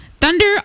Thunder